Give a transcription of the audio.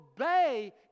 obey